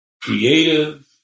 creative